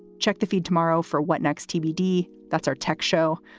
check the feed tomorrow for what next tbd. that's our tech show.